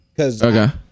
Okay